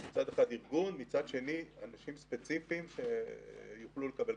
גם ארגון וגם אנשים ספציפיים יוכלו לקבל.